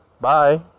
Bye